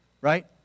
Right